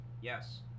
yes